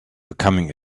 becoming